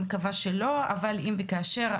אני מקווה שלא אבל אם וכאשר,